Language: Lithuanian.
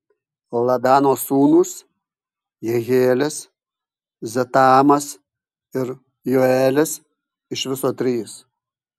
ladano sūnūs jehielis zetamas ir joelis iš viso trys